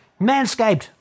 Manscaped